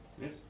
Yes